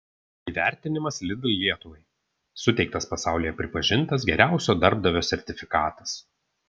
įvertinimas lidl lietuvai suteiktas pasaulyje pripažintas geriausio darbdavio sertifikatas